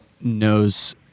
knows